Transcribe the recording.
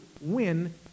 win